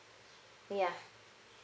yeah